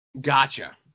Gotcha